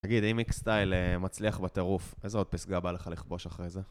תגיד אם מיקסטייל מצליח בטירוף, איזו עוד פסגה בא לך לכבוש אחרי זה?